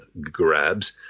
grabs